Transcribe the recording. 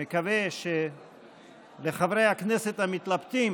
אני מקווה שלחברי הכנסת המתלבטים